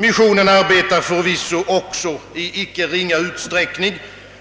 Missionen arbetar förvisso också i icke ringa utsträckning